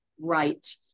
right